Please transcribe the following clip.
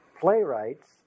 playwright's